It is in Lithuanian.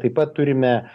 taip pat turime